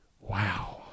Wow